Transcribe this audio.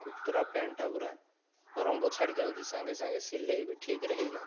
କୁତୁରା ପ୍ୟାଣ୍ଟଟା ପୁରା ରଙ୍ଗ ଛାଡ଼ିଯାଉଛି ସାଙ୍ଗେ ସାଙ୍ଗେ ସିଲେଇ ବି ଠିକରେ ହୋଇନାହିଁ